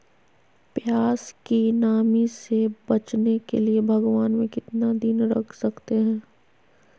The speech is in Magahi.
प्यास की नामी से बचने के लिए भगवान में कितना दिन रख सकते हैं?